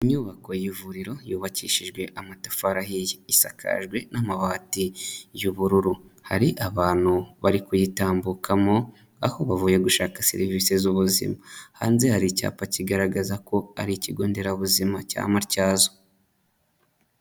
Inyubako y'ivuriro yubakishijwe amatafari ahiye isakajwe n'amabati y'ubururu, hari abantu bari kuyitambukamo aho bavuye gushaka serivisi zubuzima, hanze hari icyapa kigaragaza ko ari ikigo nderabuzima cya Matyazo.